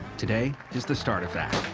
today is the start of that.